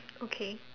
okay